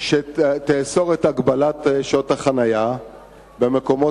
שתאסור את הגבלת שעות החנייה במקומות